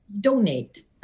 Donate